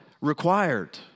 required